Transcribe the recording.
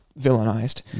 villainized